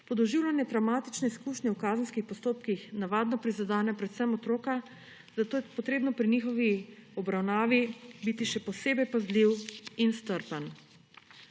Podoživljanje travmatične izkušnje v kazenskih postopkih navadno prizadene predvsem otroka, zato je potrebno pri njihovi obravnavi biti še posebej pazljiv in strpen.